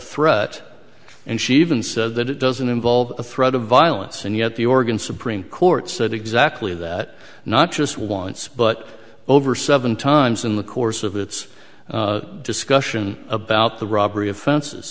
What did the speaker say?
threat and she even said that it doesn't involve a threat of violence and yet the organ supreme court said exactly that not just once but over seven times in the course of its discussion about the robbery offenses